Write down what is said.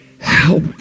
Help